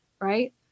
right